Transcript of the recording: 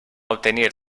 obtenir